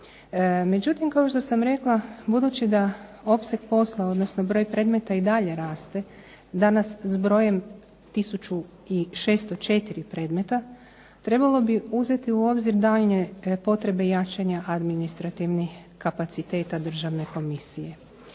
Međutim, kao što sam rekla budući da opseg posla, odnosno broj predmeta i dalje raste danas s brojem 1604 predmeta, trebalo bi uzeti u obzir daljnje potrebe jačanja administrativnih kapaciteta Državne komisije.